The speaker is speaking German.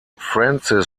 francis